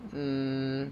mm